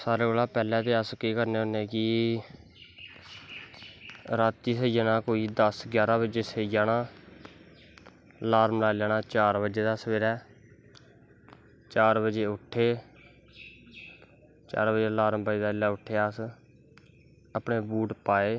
सारें कोला दा पैह्लें अस केह् करनें होने कि रातीं सेई जाना कोई दस ग्याह्रां बज़े सेई जाना लारम लाई लैना चार बड़े दा सवेरै चार बज़े उट्ठे चार बज़े लारम बजदा जिसलै अस उट्ठे बूट पाए